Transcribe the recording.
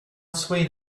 swayed